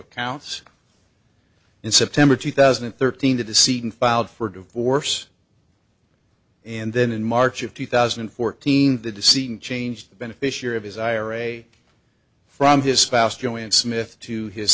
accounts in september two thousand and thirteen to deceive and filed for divorce and then in march of two thousand and fourteen the deceiving changed the beneficiary of his ira from his spouse joined smith to his